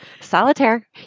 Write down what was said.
Solitaire